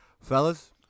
fellas